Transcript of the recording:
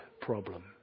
problem